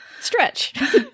stretch